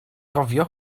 gofio